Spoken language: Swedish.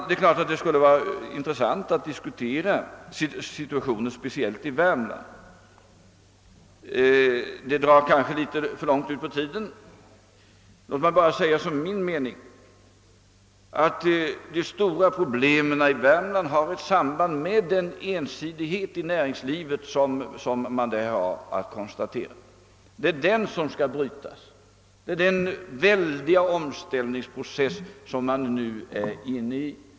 Det är klart att det skulle vara intressant att diskutera situationen speciellt i Värmland, men det drar kanske för långt ut på tiden. Låt mig bara säga som min mening att de stora problemen i Värmland har samband med näringslivets ensidighet där. Det är denna som skall brytas, och det är denna väldiga omställningsprocess som man nu är inne i.